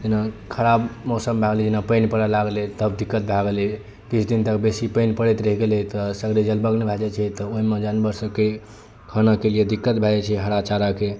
जेना खराब मौसम भऽ गेलै जेना पानि पड़ऽ लागलै तब दिक्कत भऽ गेलै किछु दिन तक बेसी पानि पड़ैत रहि गेलै तऽ सगरे जलमग्न भऽ जाइ छै तऽ ओहि मे जानवर सभके खानकेन लिए दिक्कत भऽ जाइ छै हरा चाराके